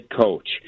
coach